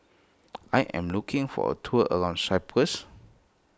I am looking for a tour around Cyprus